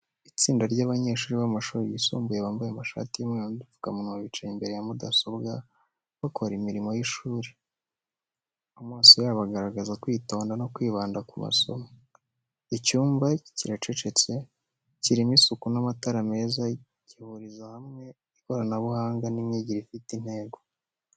Itsinda ry’abanyeshuri b’amashuri yisumbuye bambaye amashati y’umweru n’udupfukamunwa bicaye imbere ya mudasobwa, bakora imirimo y’ishuri. Amaso yabo agaragaza kwitonda no kwibanda ku masomo. Icyumba kiracecetse, kirimo isuku n’amatara meza, gihuriza hamwe ikoranabuhanga n’imyigire ifite intego.